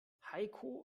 heiko